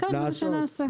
טוב, זה מה שנעשה.